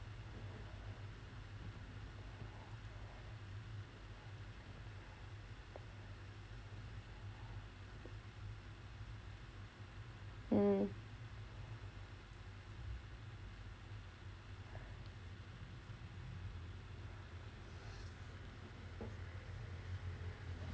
mm